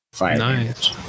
Nice